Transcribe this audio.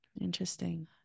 interesting